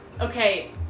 Okay